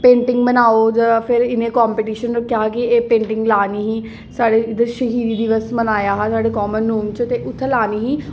कोई पेंटिंग बनाओ जेह्दा फिर इ'नें कम्पिटिशन रक्खेआ हा कि एह् पेंटिंग लानी ही साढ़े उद्धर शहीदी दिवस मनाया हा साढ़े कॉमन रुम च ते उत्थै लानी ही